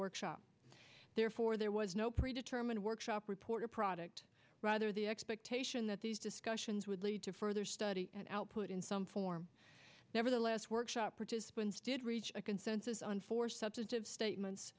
workshop therefore there was no pre determined workshop report or product rather the expectation that these discussions would lead to further study and output in some forme nevertheless workshop participants did reach a consensus on four substantive statements